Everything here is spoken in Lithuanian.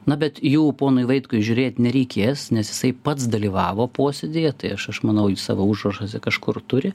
na bet jų ponui vaitkui žiūrėt nereikės nes jisai pats dalyvavo posėdyje tai aš aš manau jis savo užrašuose kažkur turi